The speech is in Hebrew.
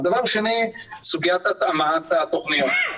הדבר השני, סוגיית התאמת התוכניות.